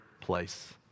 place